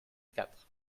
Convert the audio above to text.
quatre